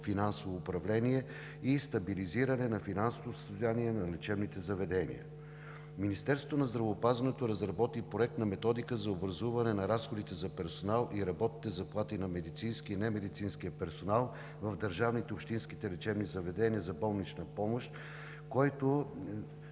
финансово управление и стабилизиране на финансовото състояние на лечебните заведения. Министерството на здравеопазването разработи Проект на Методика за образуване на разходите за персонал и работните заплати на медицинския и немедицинския персонал в държавните и общинските лечебни заведения за болнична помощ, който